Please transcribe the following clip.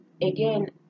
again